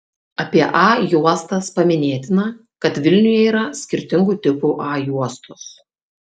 apie a juostas paminėtina kad vilniuje yra skirtingų tipų a juostos